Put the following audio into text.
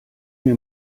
mir